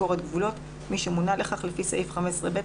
אני מודה לך על הכנות.